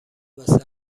واسه